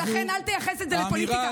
ולכן, אל תייחס את זה לפוליטיקה.